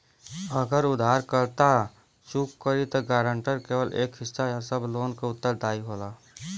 अगर उधारकर्ता चूक करि त गारंटर केवल एक हिस्सा या सब लोन क उत्तरदायी होला